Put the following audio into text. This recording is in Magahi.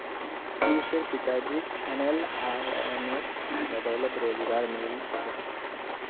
पियुशेर पिताजीक एनएलआरएमेर बदौलत रोजगार मिलील छेक